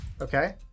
Okay